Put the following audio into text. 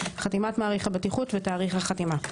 3. חתימת מעריך הבטיחות ותאריך החתימה.